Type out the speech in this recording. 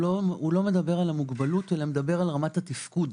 לא מדבר על המוגבלות אלא מדבר על רמת התפקוד.